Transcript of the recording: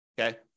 Okay